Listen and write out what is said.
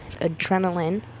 adrenaline